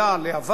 לעבר,